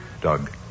Doug